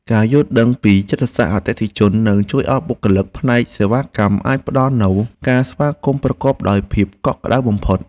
ការយល់ដឹងពីចិត្តសាស្ត្រអតិថិជននឹងជួយឱ្យបុគ្គលិកផ្នែកសេវាកម្មអាចផ្តល់នូវការស្វាគមន៍ប្រកបដោយភាពកក់ក្តៅបំផុត។